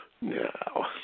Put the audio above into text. No